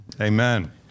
Amen